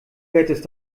hättest